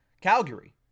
Calgary